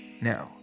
now